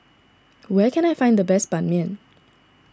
where can I find the best Ban Mian